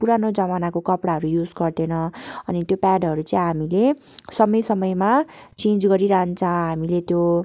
त्यो पुराना जमानाको कपडाहरू युज गर्दैन अनि त्यो प्याडहरू चाहिँ हामीले समय समयमा चेन्ज गरिरहन्छ हामीले त्यो